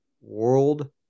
World